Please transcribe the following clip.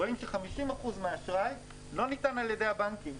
רואים ש-50% מהאשראי לא ניתן על ידי הבנקים,